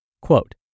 Quote